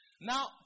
Now